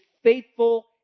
faithful